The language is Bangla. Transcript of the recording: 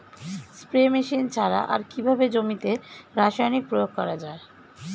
স্প্রে মেশিন ছাড়া আর কিভাবে জমিতে রাসায়নিক প্রয়োগ করা যায়?